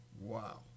Wow